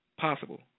Possible